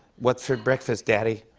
what's for breakfast, daddy?